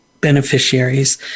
beneficiaries